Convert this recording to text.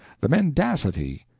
the mendacity,